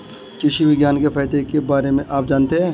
कृषि विज्ञान के फायदों के बारे में आप जानते हैं?